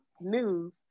news